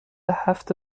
هفت